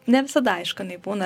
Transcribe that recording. ne visada aiškinu jinai būna